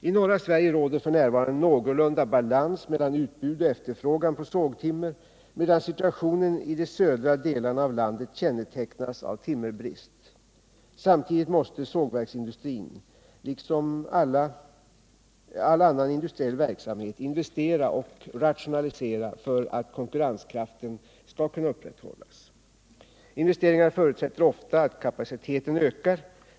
I norra Sverige råder f. n. någorlunda balans mellan utbud och efterfrågan på sågtimmer medan situationen i de södra delarna av landet kännetecknas av timmerbrist. Samtidigt måste sågverksindustrin, liksom all annan industriell verksamhet, investera och rationalisera för att konkurrenskraften skall kunna upprätthållas. Investeringarna förutsätter ofta att kapaciteten ökar.